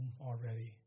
already